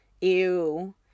ew